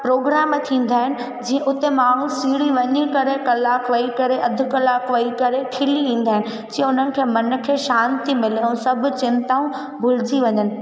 programme थींदा आहिनि जीअं हुते माण्हू सिड़ी वञी करे कलाकु करे अध कलाकु वई करे खिली ईंदा आहिनि जीअं हुननि खे मन खे शांति मिले ऐं सभु चिंताऊं भुलजी वञनि